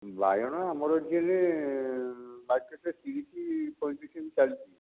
ବାଇଗଣ ଆମର ଏଇଠି ଏଇନେ ମାର୍କେଟରେ ତିରିଶ ପଞ୍ଚତିରିଶ ଏମିତି ଚାଲିଛି